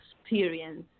experience